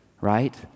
right